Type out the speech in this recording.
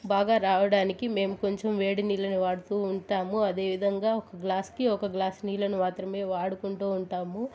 బాగా రావడానికి మేము కొంచెం వేడి నీళ్ళని వాడుతు ఉంటాము అదేవిధంగా ఒక గ్లాసుకి ఒక గ్లాసు నీళ్ళని మాత్రమే వాడుకుంటు ఉంటాము